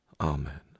Amen